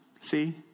see